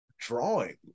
drawing